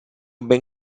ben